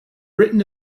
written